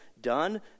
done